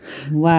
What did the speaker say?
وا